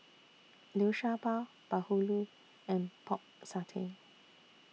Liu Sha Bao Bahulu and Pork Satay